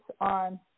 on